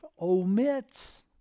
omits